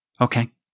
Okay